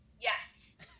yes